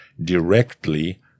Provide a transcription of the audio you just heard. directly